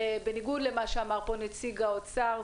בניגוד למה שאמר פה נציג האוצר,